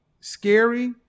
scary